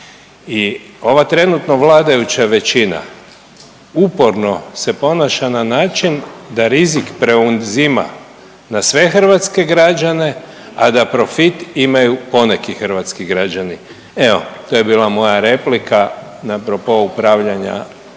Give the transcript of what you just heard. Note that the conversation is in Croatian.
ova trenutno vladajuća većina uporno se ponaša na način da rizik preuzima na sve hrvatske građane, a da profit imaju poneki hrvatski građani. Evo to je bila moja replika na a propo upravljanja državnom